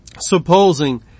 supposing